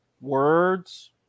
words